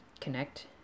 connect